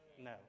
No